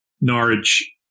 Norwich